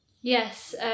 Yes